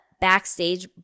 Backstage